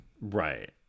right